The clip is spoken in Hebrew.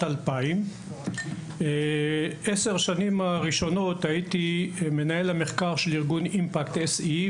2000. בעשר השנים הראשונות הייתי מנהל המחקר של ארגון IMPACT SE,